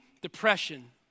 depression